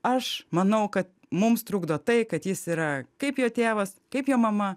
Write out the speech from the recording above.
aš manau kad mums trukdo tai kad jis yra kaip jo tėvas kaip jo mama